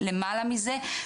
למעלה מזה,